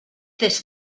this